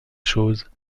choses